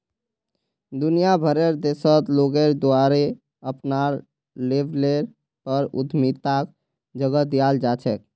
दुनिया भरेर देशत लोगेर द्वारे अपनार लेवलेर पर उद्यमिताक जगह दीयाल जा छेक